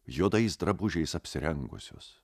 juodais drabužiais apsirengusios